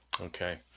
Okay